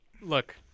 look